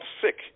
sick